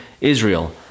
Israel